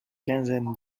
quinzaine